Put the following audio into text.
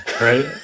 Right